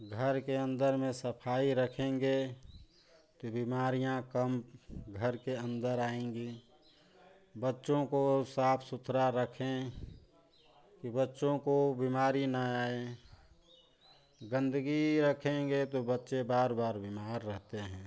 घर के अंदर में सफाई रखेंगे तो बीमारियाँ कम घर के अंदर आएँगी बच्चों को साफ सुथरा रखें कि बच्चों को बीमारी न आए गंदगी रखेंगे तो बच्चे बार बार बीमार रहते हैं